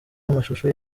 amashusho